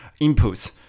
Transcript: inputs